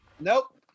Nope